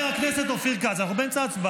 נוכחת אופיר, 83. לאט, לאט.